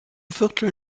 viertel